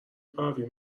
پروین